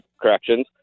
Corrections